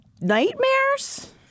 nightmares